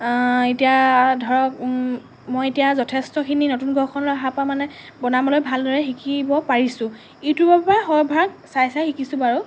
এতিয়া ধৰক মই এতিয়া যথেষ্টখিনি নতুন ঘৰখনলৈ অহাৰ পৰা মানে বনাবলৈ ভালদৰে শিকিব পাৰিছোঁ ইউটিউবৰ পৰা সৰহভাগ চাই চাই শিকিছোঁ বাৰু